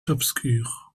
obscure